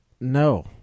No